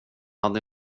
hade